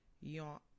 yon